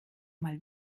mal